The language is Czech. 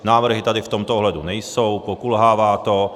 Návrhy tady v tomto ohledu nejsou, pokulhává to.